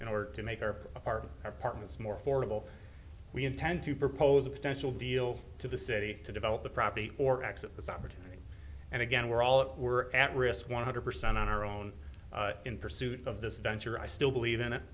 in order to make her a part of our partners more affordable we intend to propose a potential deal to the city to develop the property or accept this opportunity and again we're all were at risk one hundred percent on our own in pursuit of this venture i still believe in it